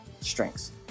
strengths